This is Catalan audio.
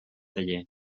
taller